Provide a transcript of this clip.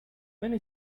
many